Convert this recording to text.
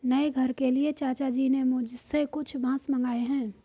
नए घर के लिए चाचा जी ने मुझसे कुछ बांस मंगाए हैं